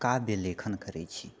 काव्यलेखन करैत छी